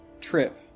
trip